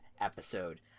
episode